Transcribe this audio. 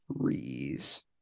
Trees